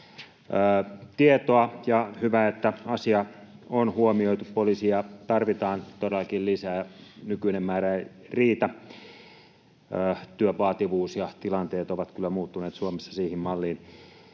tietoa, ja hyvä, että asia on huomioitu. Poliiseja tarvitaan todellakin lisää, ja nykyinen määrä ei riitä. Työn vaativuus ja tilanteet ovat kyllä muuttuneet Suomessa siihen malliin.